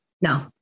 No